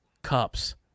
cups